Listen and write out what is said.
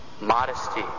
modesty